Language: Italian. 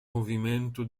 movimento